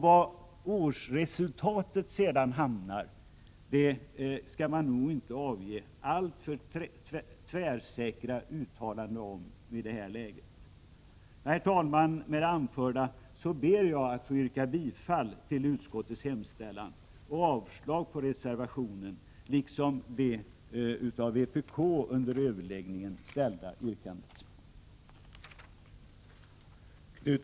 Vad årsresultatet sedan blir skall man inte avge alltför tvärsäkra uttalanden om i det här läget. Herr talman! Med det anförda ber jag att få yrka bifall till utskottets hemställan och avslag på reservationen liksom på det av vpk under överläggningen framställda yrkandet.